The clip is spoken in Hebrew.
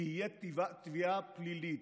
תהיה תביעה פלילית.